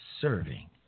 serving